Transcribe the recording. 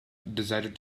decided